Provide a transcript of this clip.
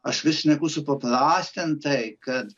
aš vis šneku supaprastintai kad